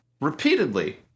Repeatedly